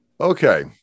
Okay